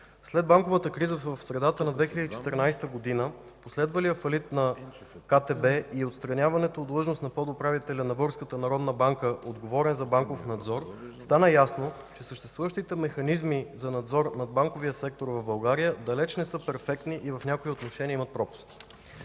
след банковата криза в средата на 2014 г., последвалия фалит на КТБ и отстраняването от длъжност на подуправителя на Българската народна банка, отговорен за „Банков надзор”, стана ясно, че съществуващите механизми за надзор над банковия сектор в България далеч не са перфектни и в някои отношения имат пропуски.